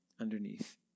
underneath